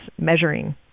measuring